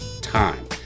time